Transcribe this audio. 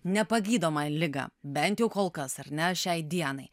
nepagydomą ligą bent jau kol kas ar ne šiai dienai